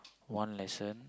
one lesson